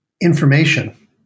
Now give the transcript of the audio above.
Information